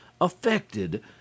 affected